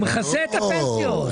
הוא מכסה את הפנסיות.